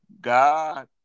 God